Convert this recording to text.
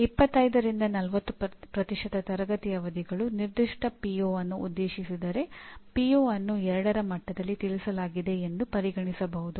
ಪದವಿಯ ಸಮಯದಲ್ಲಿ ವಿದ್ಯಾರ್ಥಿಗಳು ಸಾಧಿಸಿದ ಜ್ಞಾನ ಕೌಶಲ್ಯ ಮತ್ತು ವರ್ತನೆಯನ್ನು ನಾವು ಪರಿಣಾಮ ಎಂದು ಪ್ರತಿನಿಧಿಸುತ್ತೇವೆ